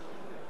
אינו נוכח